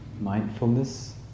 Mindfulness